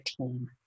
team